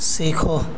سیکھو